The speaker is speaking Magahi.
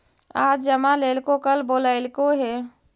आज जमा लेलको कल बोलैलको हे?